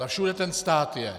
A všude ten stát je.